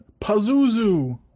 Pazuzu